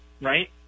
Right